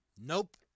Nope